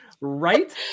Right